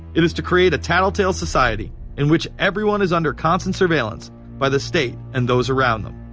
it is to create a tattle-tale society in which everyone is under constant surveillance by the state and those around them.